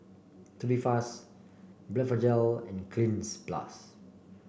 tubifast Blephagel and Cleanz Plus